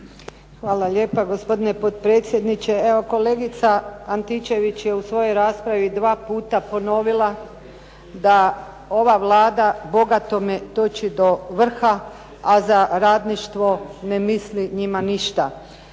Hvala lijepa gospodine potpredsjedniče. Evo kolegica Antičević je u svojoj raspravi dva puta ponovila da ova Vlada bogatome doći do vrha, a za radništvo ne misli njima ništa.